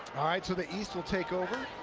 so the east will take over.